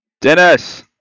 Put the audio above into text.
Dennis